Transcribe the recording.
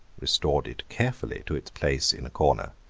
restored it carefully to its place in a corner,